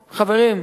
חברים,